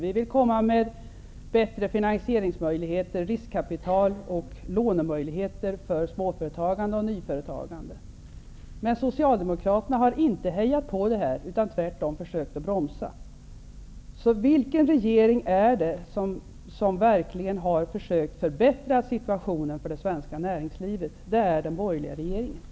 Vi vill ha bättre finansieringsmöjligheter, riskkapital och lånemöjligheter för småföretagande och nyföretagande. Men Socialdemokraterna har inte hejat på detta utan tvärtom försökt att bromsa. Vilken regering har verkligen försökt förbättra situationen för det svenska näringslivet? Det har den borgerliga regeringen.